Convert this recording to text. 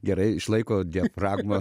gerai išlaiko diafragmą